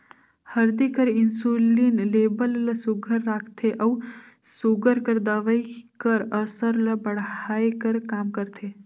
हरदी हर इंसुलिन लेबल ल सुग्घर राखथे अउ सूगर कर दवई कर असर ल बढ़ाए कर काम करथे